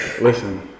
Listen